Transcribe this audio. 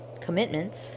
commitments